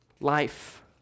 life